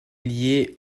lié